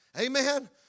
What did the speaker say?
amen